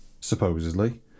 supposedly